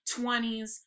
20s